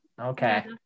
Okay